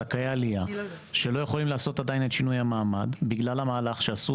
זכאי עלייה שלא יכולים לעשות עדיין את שינוי המעמד בגלל המהלך שעשו